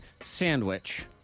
sandwich